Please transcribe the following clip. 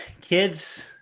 kids